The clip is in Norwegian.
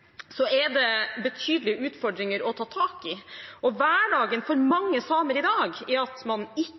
er det betydelige utfordringer å ta tak i. Hverdagen for mange samer i dag er at man ikke